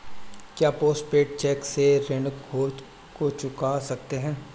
क्या post paid cheque से ऋण को चुका सकते हैं?